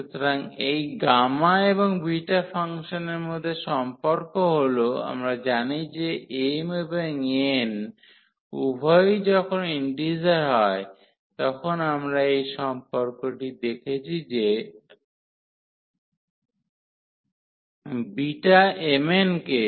সুতরাং এই গামা এবং বিটা ফাংশনের মধ্যে সম্পর্ক হল আমরা জানি যে m এবং n উভয়ই যখন ইন্টিজার হয় তখন আমরা এই সম্পর্কটি দেখেছি যে Bmn কে